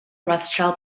rothschild